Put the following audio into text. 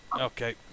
Okay